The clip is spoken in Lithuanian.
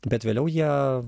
bet vėliau jie